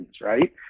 right